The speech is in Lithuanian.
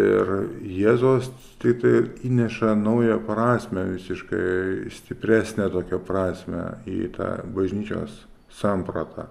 ir jėzus tiktai įneša naują prasmę visiškai stipresnę tokią prasmę į tą bažnyčios sampratą